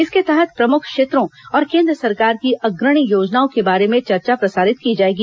इसके तहत प्रमुख क्षेत्रों और केन्द्र सरकार की अग्रणी योजनाओं के बारे में चर्चा प्रसारित की जाएगी